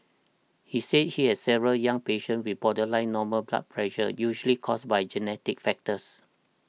he said he has several young patients with borderline normal blood pressure usually caused by genetic factors